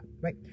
right